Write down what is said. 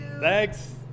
Thanks